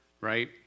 right